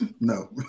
no